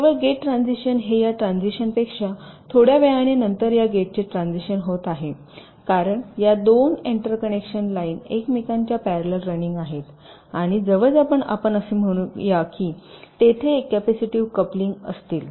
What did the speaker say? दुसर्या gate transition हे या ट्रान्सिशन पेक्षा थोड्या वेळाने नंतर या गेटचे ट्रान्सिशन होत आहे कारण या दोन एंटर कनेक्शन लाईन एकमेकांच्या प्यारेलल रनिंग आहेत आणि जवळजवळ आपण असे म्हणू या की तेथे एक कॅपेसिटीव्ह कपलिंग असतील